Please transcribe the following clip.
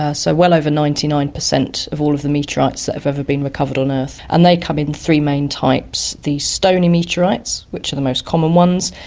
ah so well over ninety nine percent of all of the meteorites that have ever been recovered on earth, and they come in three main types the stony meteorites, which are the most common ones,